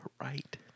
right